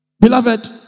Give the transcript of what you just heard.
Beloved